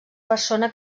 persona